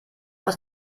ist